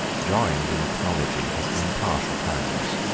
joined in acknowledging his impartial kindness.